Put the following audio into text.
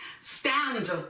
stand